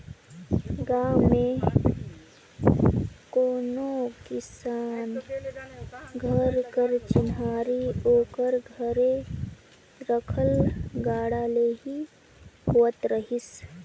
गाँव मे कोनो किसान घर कर चिन्हारी ओकर घरे रखल गाड़ा ले ही होवत रहिस